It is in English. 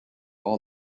all